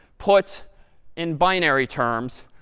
put in binary terms,